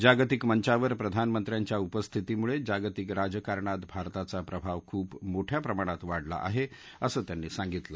जागतिक मंचावर प्रधानमंत्र्यांच्या उपस्थितीमुळज्ञागतिक राजकारणात भारताचा प्रभाव खूप मोठ्या प्रमाणात वाढला आहाअसं त्यांनी सांगितलं